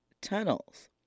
tunnels